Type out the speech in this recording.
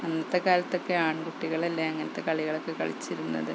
അന്നത്തെ കാലത്തൊക്കെ ആൺ കുട്ടികളല്ലേ അങ്ങനത്തെ കളികളൊക്കെ കളിച്ചിരുന്നത്